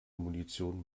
munition